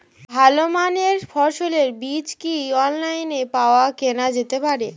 ভালো মানের ফসলের বীজ কি অনলাইনে পাওয়া কেনা যেতে পারে?